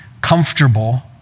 comfortable